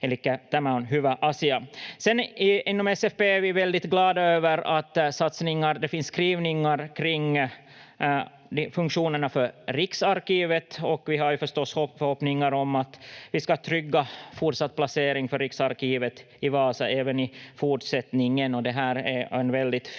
elikkä tämä on hyvä asia. Inom SFP är vi väldigt glada över att det finns skrivningar kring funktionerna för Riksarkivet, och vi har ju förstås förhoppningar om att vi ska trygga fortsatt placering i Vasa för Riksarkivet även i fortsättningen, och det här är en väldigt fin